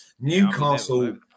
Newcastle